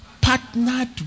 partnered